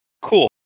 cool